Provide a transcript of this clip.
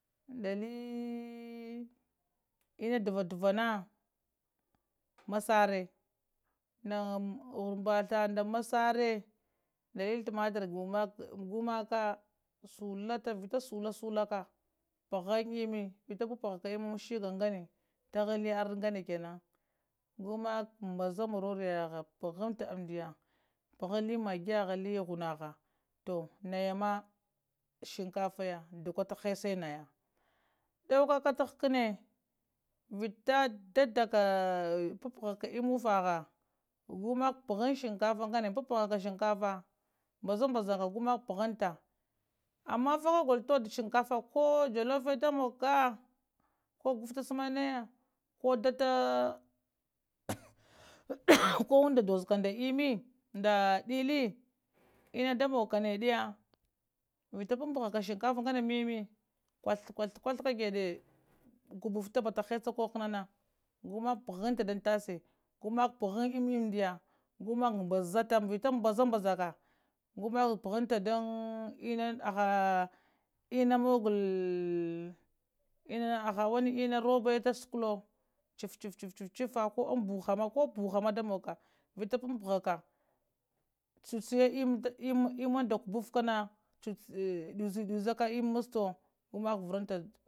Ndali inna dava dava nana masare hurbatha nda masare nda li tamat ar guwa gumaka shullata vita shuluswe aka phan emmi vita phanpahaka emmi an shigga nganede tahang ali andi nganede kenan gumak mbazata maroriha phanta amɗiy phan lo maggiyaha li hunaha tol naya ma shankafaya ɓowo kur hessa naya dauka kutta ghakani vita daddaka phapahal emmi uffa gumak phan shankaffa nganede phanpaha shankaffa mba mbazaka gumak pahanta ammafa ka gollowo todd shankaffa kol jalowe e da monka koh guffa samade ko tate koh innda dozzka nda dilli inna da munka nediya vita panpaha shinkaffa ngnede mimi kuth kuth kagede kubuffta batta hessa koh ghakana gumak pahanta dan tashan gumak pahan emmi amdiya gu mak mɓazata vita mbaza mɓazaka gumak pahanta ɗan inna aha wani inna maggol inna robbe tasukelowo chifchicchifa koh an buha koh buha ma da manka vita pangaha ka chuchiya emmi da kublaffa na dizudiza ka emmi masste gumak karanta